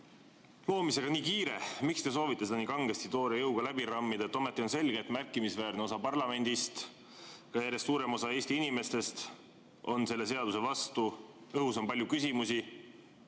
loomisega nii kiire? Miks te soovite seda nii kangesti toore jõuga läbi rammida? Ometi on selge, et märkimisväärne osa parlamendist ja järjest suurem osa Eesti inimestest on selle seaduse vastu. Õhus on palju küsimusi